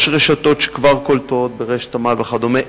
יש רשתות שכבר קולטות, רשת "עמל" וכדומה.